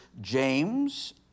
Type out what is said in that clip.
James